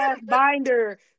binder